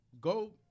Go